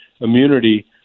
immunity